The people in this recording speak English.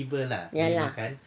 ya lah